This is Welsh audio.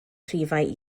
rhifau